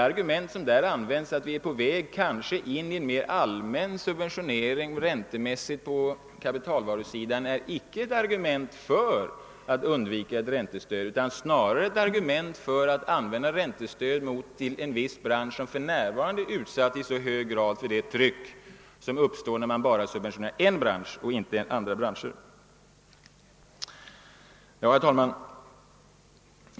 Argumentet att vi kanske är på väg mot en mera allmän men då mindre långtgående subventionering räntemässigt på kapitalvarusidan är icke ett argument för att undvika ett räntestöd, utan snarare ett argument för att använda räntestöd till en viss bransch som för närvarande i så hög grad är utsatt för det tryck som uppstår när man bara subventionerar en bransch och inte andra branscher. Herr talman!